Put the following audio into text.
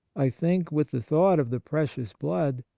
i think, with the thought of the precious blood,